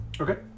okay